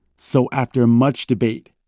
so after much debate,